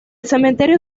cementerio